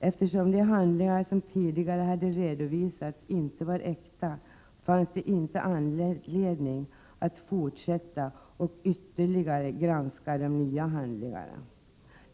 Eftersom de handlingar som tidigare hade redovisats inte var äkta, fanns det inte anledning att fortsätta och ytterligare granska de nya handlingarna.